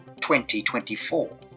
2024